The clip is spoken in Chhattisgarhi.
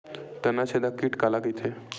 तनाछेदक कीट काला कइथे?